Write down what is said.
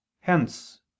hence